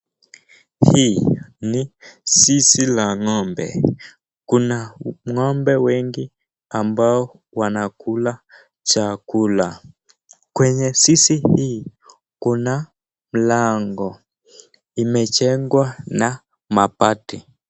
Hii ni zizi la ng'ombe, kuna ng'ombe wengi ambao wanakula chakula, kwenye zizi hii, kuna mlango imejengwa na mabati.